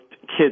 kids